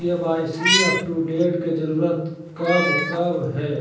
KYC update के जरूरत कब कब है